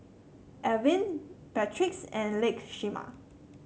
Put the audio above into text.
Ervin Beatrix and Lakeisha